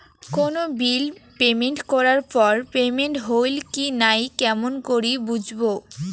কোনো bill payment করার পর পেমেন্ট হইল কি নাই কেমন করি বুঝবো?